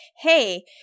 hey